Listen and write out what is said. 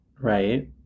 Right